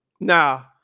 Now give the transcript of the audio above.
Now